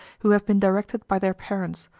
who have been directed by their parents,